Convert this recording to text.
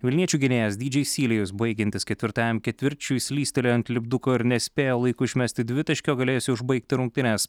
vilniečių gynėjas dydžei sylėjus baigiantis ketvirtajam ketvirčiui slystelėjo ant lipduko ir nespėjo laiku išmesti dvitaškio galėjusio užbaigti rungtynes